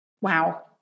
Wow